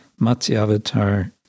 Matsyavatar